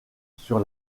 sur